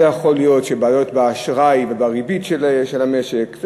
זה יכול להיות בעיות באשראי ובריבית של המשק.